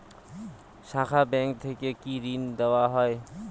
শাখা ব্যাংক থেকে কি ঋণ দেওয়া হয়?